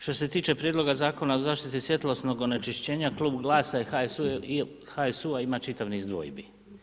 Što se tiče prijedloga Zakona o zaštiti od svjetlosnog onečišćenja, klub Glasa i HSU-a ima čitav niz dvojbi.